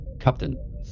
Captain